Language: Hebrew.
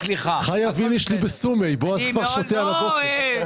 חייב איניש לבסומי, בועז כבר שותה על הבוקר.